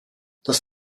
das